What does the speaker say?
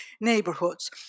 neighborhoods